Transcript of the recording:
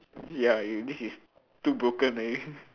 ya this is too broken already